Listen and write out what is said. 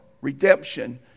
redemption